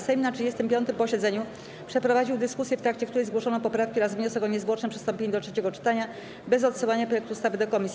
Sejm na 35. posiedzeniu przeprowadził dyskusję, w trakcie której zgłoszono poprawki oraz wniosek o niezwłoczne przystąpienie do trzeciego czytania bez odsyłania projektu ustawy do komisji.